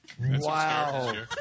Wow